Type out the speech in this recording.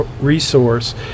resource